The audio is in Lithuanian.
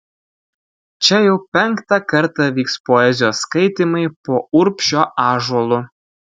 čia jau penktą kartą vyks poezijos skaitymai po urbšio ąžuolu